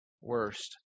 worst